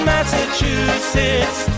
Massachusetts